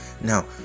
now